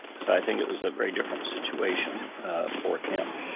so i think it was a very different situation for him.